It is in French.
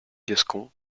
gascons